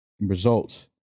results